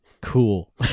Cool